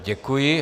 Děkuji.